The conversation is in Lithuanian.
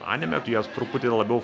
anime jos truputį labiau